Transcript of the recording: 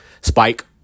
spike